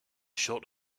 short